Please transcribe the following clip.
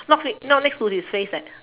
not fre~ not next to his face leh